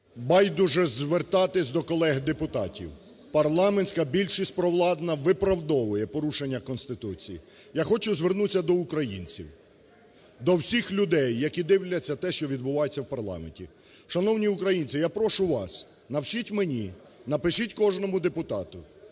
Байдуже звертатися до колег депутатів. Парламентська більшість провладна виправдовує порушення Конституції. Я хочу звернутися до українців, до всіх людей, які дивляться те, що відбувається в парламенті. Шановні українці, я прошу вас, напишіть мені, напишіть кожному депутату